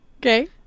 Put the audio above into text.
Okay